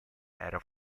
era